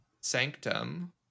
Sanctum